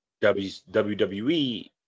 WWE